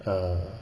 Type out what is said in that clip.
err